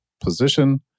position